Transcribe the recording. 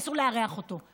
ואסור לארח אותו.